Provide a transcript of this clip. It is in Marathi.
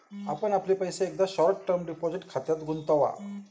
आपण आपले पैसे एकदा शॉर्ट टर्म डिपॉझिट खात्यात गुंतवा